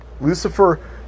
Lucifer